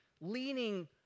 leaning